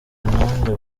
nanjye